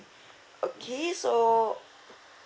okay so